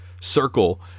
circle